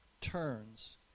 turns